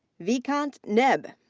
vikrant neb.